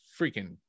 freaking